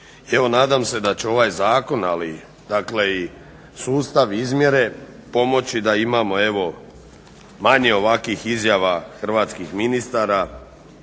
Evo nadam se da će ovaj zakon ali i sustav izmjere pomoći da imamo evo manje ovakvih izjava hrvatskih ministara